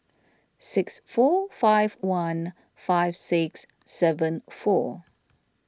six four five one five six seven four